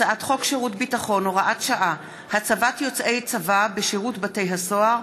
הצעת חוק שירות ביטחון (הוראת שעה) (הצבת יוצאי צבא בשירות בתי הסוהר)